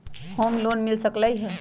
Home loan मिल सकलइ ह?